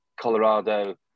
Colorado